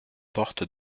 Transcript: porte